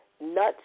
nuts